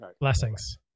Blessings